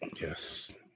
Yes